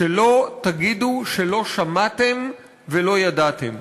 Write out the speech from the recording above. שלא תגידו שלא שמעתם ולא ידעתם.